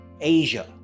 asia